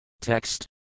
Text